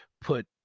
put